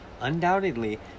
Undoubtedly